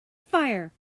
fire